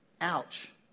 Ouch